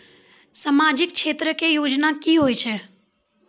समाजिक क्षेत्र के योजना की होय छै?